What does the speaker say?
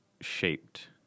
shaped